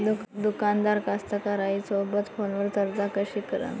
दुकानदार कास्तकाराइसोबत फोनवर चर्चा कशी करन?